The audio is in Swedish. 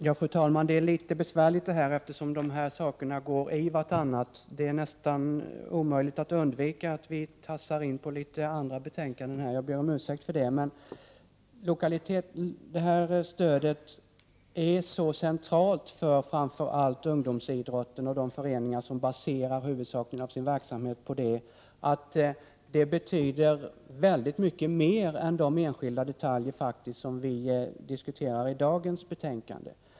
Fru talman! Det här är litet besvärligt, eftersom dessa betänkanden går in i varandra och det är nästan omöjligt att undvika att delvis komma in på andra. Jag ber om ursäkt för det. LOK-stödet är så centralt för framför allt ungdomsidrotten och de föreningar som baserar huvuddelen av sin verksamhet på det att det betyder mycket mer än de enskilda detaljer som vi diskuterar i detta betänkande.